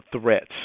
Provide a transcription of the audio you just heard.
threats